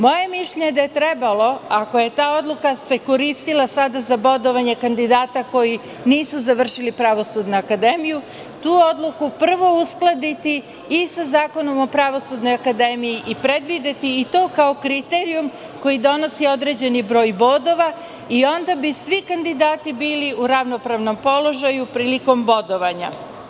Moje je mišljenje da je trebalo, ako se ta odluka koristila sada za bodovanje kandidata koji nisu završili Pravosudnu akademiju, tu odluku prvo uskladiti i sa Zakonom o Pravosudnoj akademiji i predvideti i to kao kriterijum koji donosi određeni broj bodova i onda bi svi kandidati bili u ravnopravnom položaju prilikom bodovanja.